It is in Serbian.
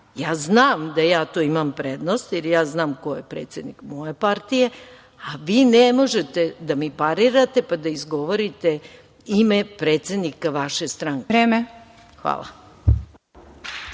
znam da ja tu imam prednost, jer ja znam ko je predsednik moje partije, a vi ne možete da mi parirate, pa da izgovorite ime predsednika vaše stranke. Hvala.